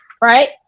right